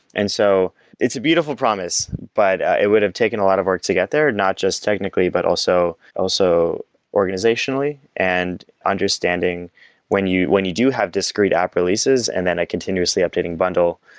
and so it's a beautiful promise, but it would have taken a lot of work to get there, not just technically, but also also organizationally. and understanding when you when you do have discrete app releases and then a continuously updating bundle,